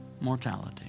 mortality